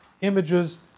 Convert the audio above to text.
images